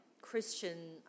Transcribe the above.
Christian